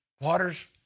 waters